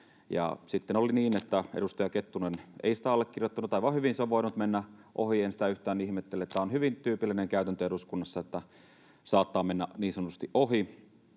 sitten oli niin, että edustaja Kettunen ei sitä allekirjoittanut — aivan hyvin se on voinut mennä ohi, en sitä yhtään ihmettele, tämä on hyvin tyypillinen käytäntö eduskunnassa, että saattaa mennä niin sanotusti ohi.